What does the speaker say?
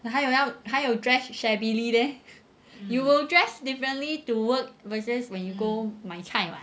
那还有要还有 dress shabbily leh you will dress differently to work versus when you go 买菜 [what]